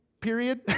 period